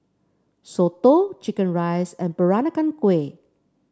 soto chicken rice and Peranakan Kueh